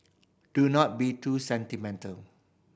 do not be too sentimental